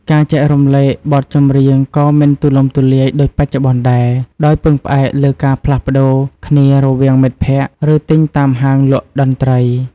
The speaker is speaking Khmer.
ការចែករំលែកបទចម្រៀងក៏មិនទូលំទូលាយដូចបច្ចុប្បន្នដែរ ដោយពឹងផ្អែកលើការផ្លាស់ប្តូរគ្នារវាងមិត្តភក្តិ ឬទិញតាមហាងលក់តន្ត្រី។